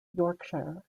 yorkshire